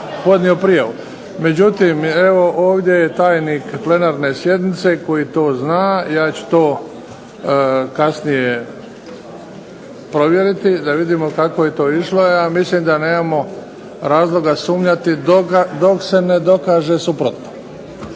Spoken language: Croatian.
Međutim, ovdje je tajnik plenarne sjednice koji to zna. Ja ću to kasnije provjeriti da vidimo kako je to išlo. Ja mislim da nemamo razloga sumnjati dok se ne dokaže suprotno.